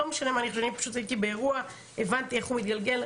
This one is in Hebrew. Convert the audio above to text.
אני פשוט הייתי באירוע, הבנתי איך הוא מתגלגל.